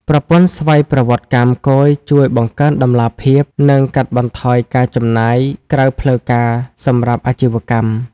ប្រព័ន្ធស្វ័យប្រវត្តិកម្មគយជួយបង្កើនតម្លាភាព និងកាត់បន្ថយការចំណាយក្រៅផ្លូវការសម្រាប់អាជីវកម្ម។